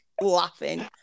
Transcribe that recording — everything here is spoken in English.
laughing